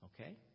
Okay